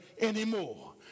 anymore